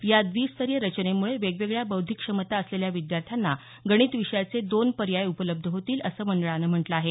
या द्वी स्तरीय रचनेमुळे वेगवेगळ्या बौद्धीक क्षमता असलेल्या विद्यार्थ्यांना गणित विषयाचे दोन पर्याय उपलब्ध होतील असं मंडळानं म्हटलं आहे